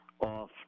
off